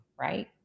right